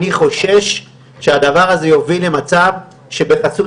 אני חושש שהדבר הזה יוביל למצב שבחסות